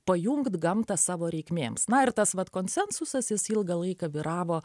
pajungt gamtą savo reikmėms na ir tas vat konsensusas jis ilgą laiką vyravo